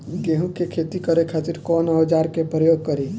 गेहूं के खेती करे खातिर कवन औजार के प्रयोग करी?